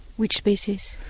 which species?